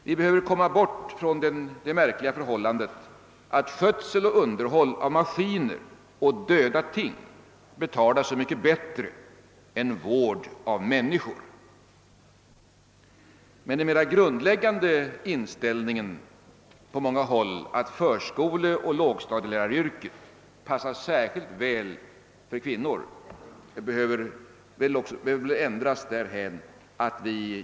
Vi behöver komma bort från det märkliga förhållandet att skötsel och underhåll av maskiner och döda ting betalas så mycket bättre än vård av människor. Den mera grundläggande inställningen på många håll att förskoleoch lågstadieläraryrket passar särskilt väl för kvinnor behöver väl också ändras.